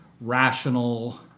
rational